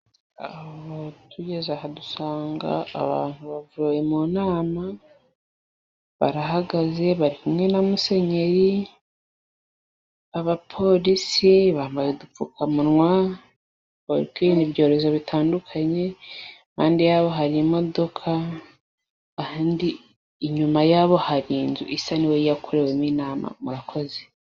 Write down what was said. Aho tugeze aha dusanga abantu bavuye mu inama, barahagaze bari kumwe na musenyeri abapolisi ba udupfukamunwa, barikwinda ibyorezo bitandukanye imande yabo hari imodoka, ahandi inyuma yaho hari inzu isa n'iwo yakorewemo inama murakoze.